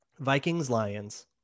Vikings-Lions